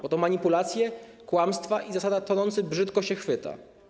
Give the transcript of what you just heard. Bo to manipulacje, kłamstwa i zasada: tonący brzydko się chwyta.